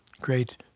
great